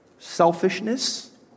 Selfishness